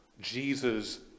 Jesus